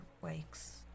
wakes